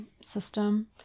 system